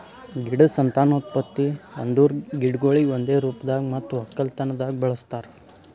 ಗಿಡದ್ ಸಂತಾನೋತ್ಪತ್ತಿ ಅಂದುರ್ ಗಿಡಗೊಳಿಗ್ ಒಂದೆ ರೂಪದಾಗ್ ಮತ್ತ ಒಕ್ಕಲತನದಾಗ್ ಬಳಸ್ತಾರ್